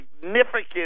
significant